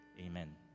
amen